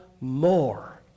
more